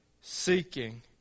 seeking